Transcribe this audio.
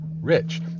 rich